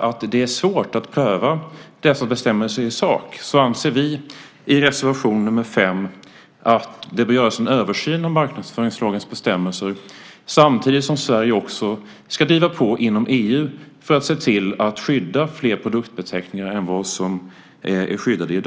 att det är svårt att i sak pröva dessa bestämmelser anser vi i reservation 5 att det behöver göras en översyn av marknadsföringslagens bestämmelser samtidigt som Sverige ska driva på också inom EU för att se till att skydda fler produktbeteckningar än som i dag skyddas.